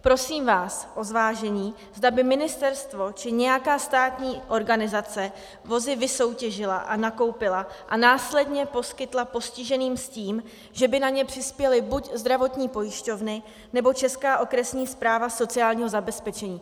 Prosím vás o zvážení, zda by ministerstvo či nějaká státní organizace vozy vysoutěžila a nakoupila a následně poskytla postiženým s tím, že by na ně přispěly buď zdravotní pojišťovny, nebo Česká okresní správa sociálního zabezpečení.